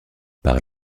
par